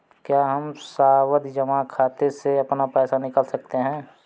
क्या हम सावधि जमा खाते से अपना पैसा निकाल सकते हैं?